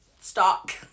Stock